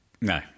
No